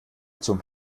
zum